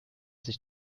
sich